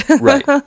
Right